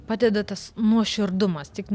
padeda tas nuoširdumas tik